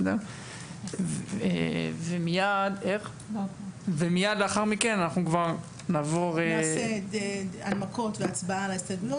ומיד לאחר מכן --- נעשה הנמקות והצבעה על ההסתייגות,